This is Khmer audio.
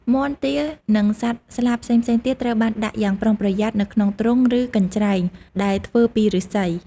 មាន់ ទា និងសត្វស្លាបផ្សេងៗទៀត ត្រូវបានដាក់យ៉ាងប្រុងប្រយ័ត្ននៅក្នុងទ្រុង ឬកញ្ច្រែង ដែលធ្វើពីឫស្សី។